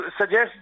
suggest